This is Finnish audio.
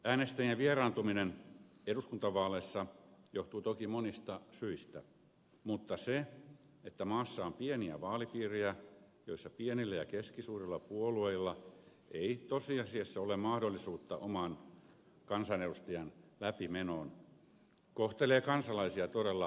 äänestäjien vieraantuminen eduskuntavaaleissa johtuu toki monista syistä mutta se että maassa on pieniä vaalipiirejä joissa pienillä ja keskisuurilla puolueilla ei tosiasiassa ole mahdollisuutta oman kansanedustajan läpimenoon kohtelee kansalaisia todella eriarvoistavasti